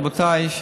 רבותיי,